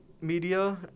media